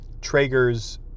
Traeger's